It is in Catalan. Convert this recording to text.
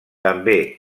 també